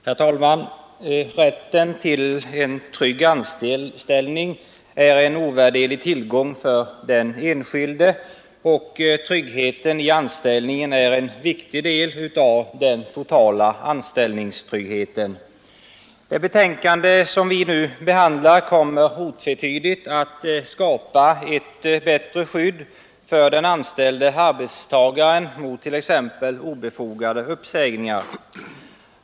Herr talman! Rätten till en trygg anställning är en ovärderlig tillgång för den enskilde, och tryggheten i anställningen är en viktig del av den totala anställningstryggheten. Det betänkande som vi nu behandlar kommer otvetydigt att skapa ett bättre skydd för den anställde arbetstagaren mot t.ex. obefogade uppsägningar.